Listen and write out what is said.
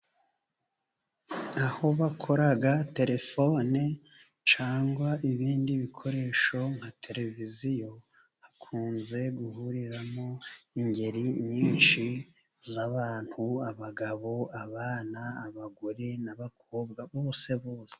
Aho bakora telefone cyangwa ibindi bikoresho nka televiziyo, hakunze guhuriramo ingeri nyinshi z'abantu abagabo, abana, abagore, n'abakobwa bose.